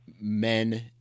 men